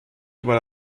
über